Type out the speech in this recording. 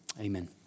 amen